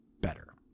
better